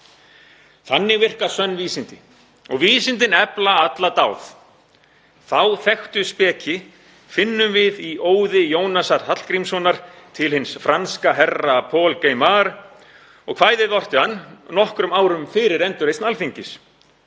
Þannig virka sönn vísindi og vísindin efla alla dáð. Þá þekktu speki finnum við í óði Jónasar Hallgrímssonar til hins franska herra Pauls Gaimards. Kvæðið orti hann nokkrum árum fyrir endurreisn Alþingis.